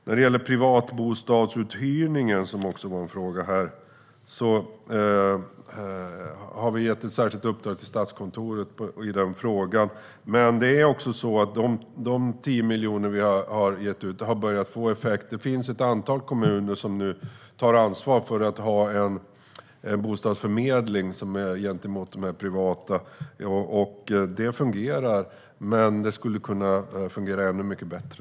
När det gäller uthyrningen av privatbostäder, som det också fanns en fråga om, har vi gett ett särskilt uppdrag till Statskontoret, men det är också så att de 10 miljonerna har börjat få effekt. Det finns ett antal kommuner som nu tar ansvar genom att ha en bostadsförmedling gentemot de privata. Det fungerar, men det skulle kunna fungera ännu mycket bättre.